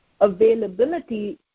availability